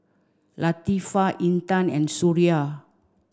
Latifa Intan and Suria